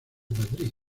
madrid